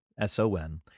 S-O-N